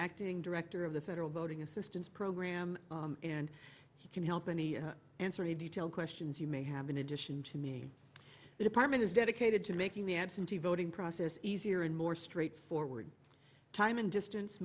acting director of the federal voting assistance program and he can help any answer any detailed questions you may have in addition to me the department is dedicated to making the absentee voting process easier and more straightforward time and distance